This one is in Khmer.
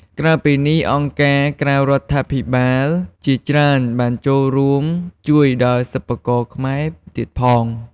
ក្រៅពីនេះ អង្គការក្រៅរដ្ឋាភិបាលជាច្រើនបានចូលរួមជួយដល់សិប្បករខ្មែរទៀតផង។